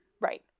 Right